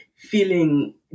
Feeling